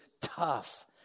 tough